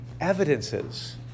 evidences